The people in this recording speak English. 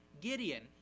Gideon